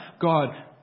God